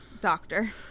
doctor